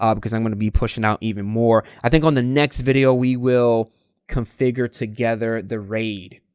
um because i'm going to be pushing out even more. i think on the next video we will configure together the raid.